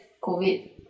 COVID